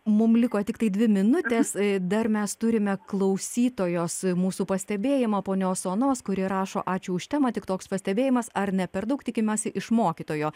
mums liko tiktai dvi minutės dar mes turime klausytojos mūsų pastebėjimą ponios onos kuri rašo ačiū už temą tik toks pastebėjimas ar ne per daug tikimasi iš mokytojo